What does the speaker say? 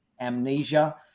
amnesia